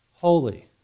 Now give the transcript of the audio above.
Holy